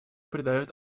придает